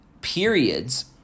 periods